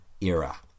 era